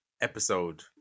episode